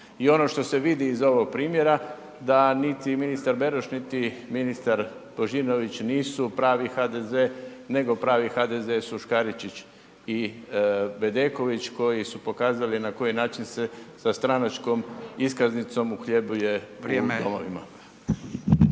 I ono što se vidi iz ovog primjera, da niti ministar Beroš, niti ministar Božinović nisu pravi HDZ nego pravi HDZ su Škaričić i Bedeković koji su pokazali na koji način se sa stranačkom iskaznicom uhljebljuje u domovima.